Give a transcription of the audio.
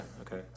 okay